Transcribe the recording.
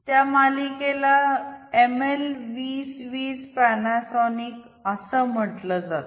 त्या मालिकेला M L 20 20 Panasonic असं म्हटलं जातं